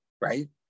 right